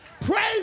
praise